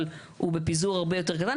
אבל הוא בפיזור הרבה יותר קטן,